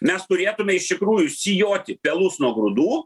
mes turėtume iš tikrųjų sijoti pelus nuo grūdų